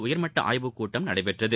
உயர்மட்ட ஆய்வுக் கூட்டம் நடைபெற்றது